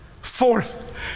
fourth